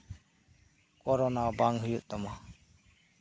corona ᱵᱟᱝ ᱦᱩᱭᱩᱜ ᱛᱟᱢᱟ